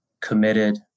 committed